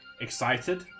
excited